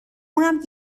اونم